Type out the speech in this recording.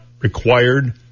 required